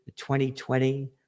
2020